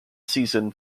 season